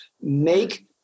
make